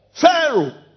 Pharaoh